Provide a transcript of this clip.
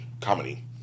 comedy